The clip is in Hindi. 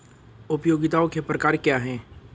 उपयोगिताओं के प्रकार क्या हैं?